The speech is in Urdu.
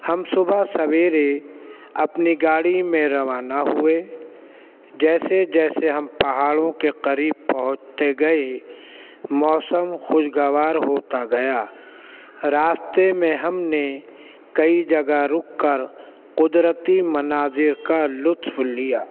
ہم صبح سویرے اپنی گاڑی میں روانہ ہوئے جیسے جیسے ہم پہاڑوں کے قریب پہنچتے گئے موسم خوشگوار ہوتا گیا راستے میں ہم نے کئی جگہ رک کر قدرتی مناظر کا لطف لیا